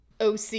OC